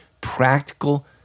practical